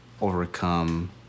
overcome